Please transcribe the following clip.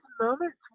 moments